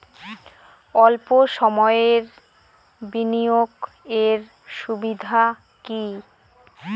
অল্প সময়ের বিনিয়োগ এর সুবিধা কি?